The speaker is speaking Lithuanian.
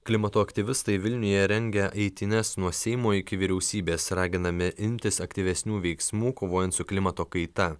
klimato aktyvistai vilniuje rengia eitynes nuo seimo iki vyriausybės raginami imtis aktyvesnių veiksmų kovojant su klimato kaita